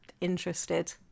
interested